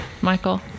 Michael